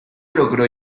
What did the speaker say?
logró